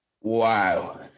Wow